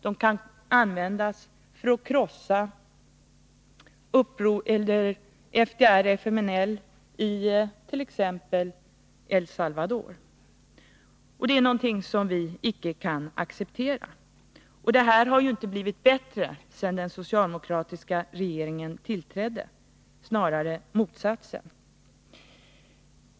De kan användas för att krossa FDR/FMLN it.ex. El Salvador. Detta är någonting som vi inte kan acceptera. Detta har inte blivit bättre sedan den socialdemokratiska regeringen tillträdde, snarare motsatsen.